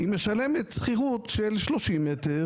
היא משלמת שכירות של 30 מ"ר,